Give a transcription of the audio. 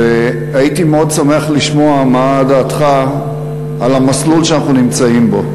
והייתי מאוד שמח לשמוע מה דעתך על המסלול שאנחנו נמצאים בו.